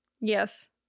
Yes